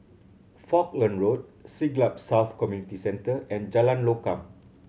Falkland Road Siglap South Community Centre and Jalan Lokam